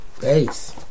Base